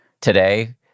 today